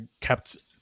kept